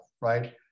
right